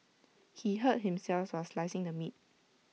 he hurt himself while slicing the meat